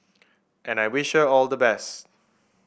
and I wish her all the best